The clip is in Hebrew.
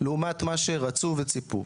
לעומת מה שרצו וציפו.